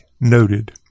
noted